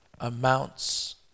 amounts